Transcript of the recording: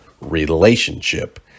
relationship